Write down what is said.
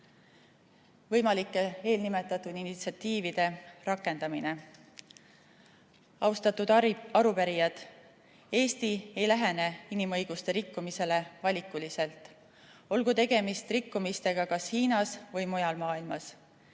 küsimus on eelnimetatud initsiatiivide rakendamise kohta. Austatud arupärijad! Eesti ei lähene inimõiguste rikkumisele valikuliselt, olgu tegemist rikkumisega Hiinas või mujal maailmas.